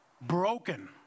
broken